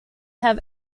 have